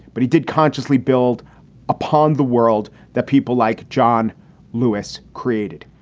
but he did consciously build upon the world that people like john lewis created.